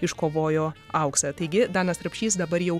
iškovojo auksą taigi danas rapšys dabar jau